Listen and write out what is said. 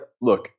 look